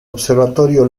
observatorio